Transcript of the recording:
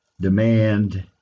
demand